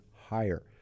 higher